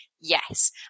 Yes